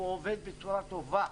והוא עובד בצורה טובה.